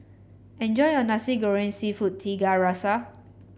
enjoy your Nasi Goreng seafood Tiga Rasa